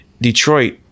Detroit